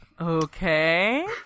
Okay